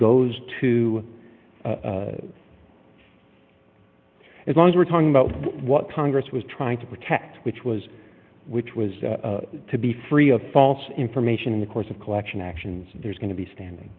to as long as we're talking about what congress was trying to protect which was which was to be free of false information in the course of collection actions there's going to be standing